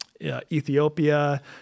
Ethiopia